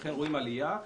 לכן רואים עלייה,